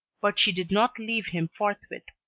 but she did not leave him forthwith.